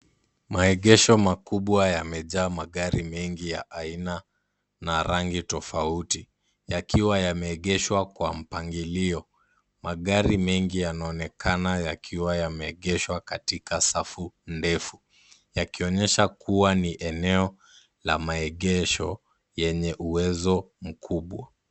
Maegesho makubwa yamejaa magari mengi ya aina na rangi tofauti yakiwa yameegeshwa kwa mpangilio. Magari mengi yanaonekana yakiwa yameegeshwa katika safu ndefu yakionyesha kuwa ni eneo la maegesho yenye uwezo mkubwa.